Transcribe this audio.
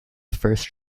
first